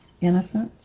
innocence